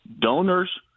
donors